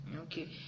okay